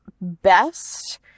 best